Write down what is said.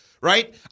right